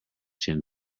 chin